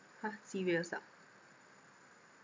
!huh! serious ah